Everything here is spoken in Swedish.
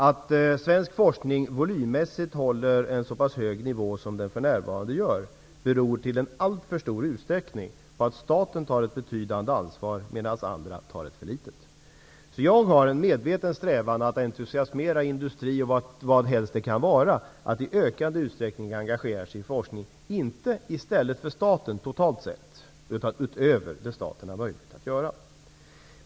Att svensk forskning volymmässigt håller en så hög nivå som den för närvarande gör beror till en alltför stor del på att staten tar ett betydande ansvar medan andra tar ett för litet. Jag har en medveten strävan att entusiasmera industri och vad helst det kan vara att i ökande utsträckning engagera sig i forskning, inte i stället för staten totalt sett, utan utöver det staten har möjlighet att göra.